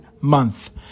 month